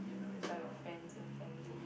meet up with friends and families